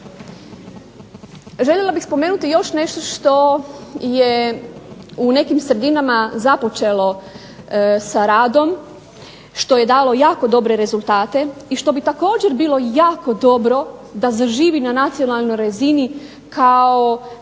Željela bih spomenuti još nešto što je u nekim sredinama započelo sa radom, što je dalo jako dobre rezultate i što bi također bilo jako dobro da zaživi na nacionalnoj razini kao